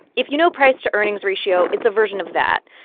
if you know price-to-earnings ratio, it's a version of that.